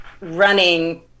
running